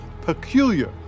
peculiar